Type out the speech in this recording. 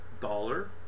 dollar